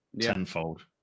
tenfold